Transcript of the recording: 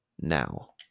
now